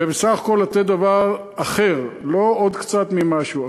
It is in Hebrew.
ובסך הכול לתת דבר אחר, לא עוד קצת ממשהו.